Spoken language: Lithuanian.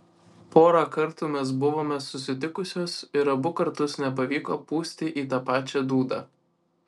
porą kartų mes buvome susitikusios ir abu kartus nepavyko pūsti į tą pačią dūdą